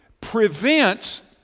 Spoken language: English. prevents